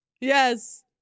Yes